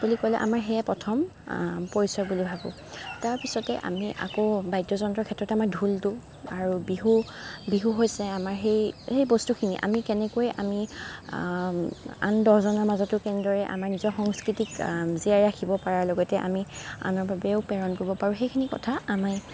বুলি ক'লে আমাৰ সেয়ে প্ৰথম পৰিচয় বুলি ভাবোঁ তাৰপিছতে আমি আকৌ বাদ্যযন্ত্ৰৰ ক্ষেত্ৰত আমাৰ ঢোলটো আৰু বিহু বিহু হৈছে আমাৰ সেই সেই বস্তুখিনি আমি কেনেকৈ আমি আন দহজনৰ মাজতো কেনেদৰে আমাৰ নিজৰ সংস্কৃতিক জীয়াই ৰাখিব পৰাৰ লগতে আমি আনৰ বাবেও প্ৰেৰণ কৰিব পাৰোঁ সেইখিনি কথা আমি